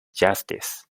justice